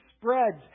spreads